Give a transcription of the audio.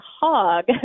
hog